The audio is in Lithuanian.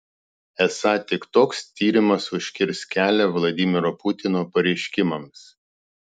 esą tik toks tyrimas užkirs kelią vladimiro putino pareiškimams